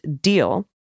deal